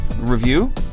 review